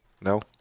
No